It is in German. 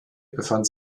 befand